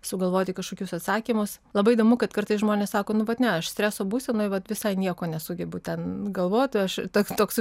sugalvoti kažkokius atsakymus labai įdomu kad kartais žmonės sako nu vat ne aš streso būsenoj vat visai nieko nesugebu ten galvoti aš toks toks